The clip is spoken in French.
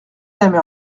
aime